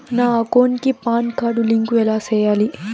నా అకౌంట్ కి PAN card link ఎలా సేయాలి